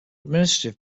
administrative